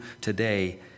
today